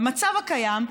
במצב הקיים,